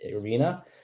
arena